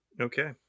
Okay